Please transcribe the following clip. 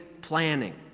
planning